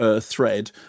thread